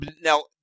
Now